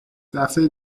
دفعه